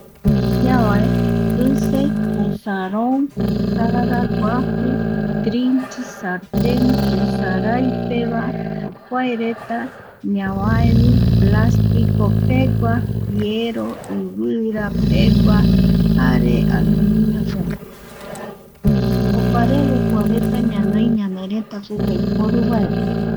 Ñavae kije, kusarou jara guaju, trinchi, sarten, kusaraipe va kua reta ñavaevi plastico pegua, jiero, ivira, pegua, jare aluminio pegua opareve kuareta ñanoi ñaneretape yaiporuvaera